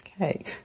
Okay